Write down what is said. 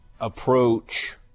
approach